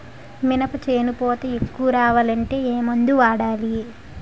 మినప చేను పూత ఎక్కువ రావాలి అంటే ఏమందు వాడాలి?